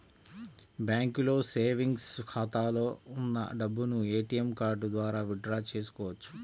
బ్యాంకులో సేవెంగ్స్ ఖాతాలో ఉన్న డబ్బును ఏటీఎం కార్డు ద్వారా విత్ డ్రా చేసుకోవచ్చు